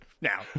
now